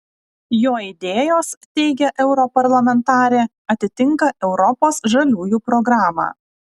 jo idėjos teigia europarlamentarė atitinka europos žaliųjų programą